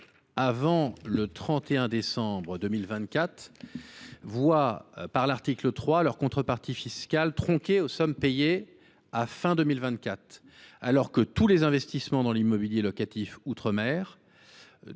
avant le 31 décembre 2024, voient par l’article 3 leur contrepartie fiscale tronquée aux sommes payées à la fin de 2024, alors que tous les investissements dans l’immobilier locatif outre mer,